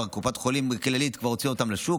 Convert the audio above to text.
כבר קופת חולים כללית הוציאה אותם לשוק,